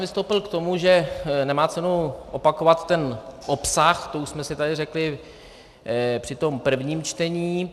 Vystoupil jsem k tomu, že nemá cenu opakovat ten obsah, to už jsme si tady řekli při tom prvním čtení.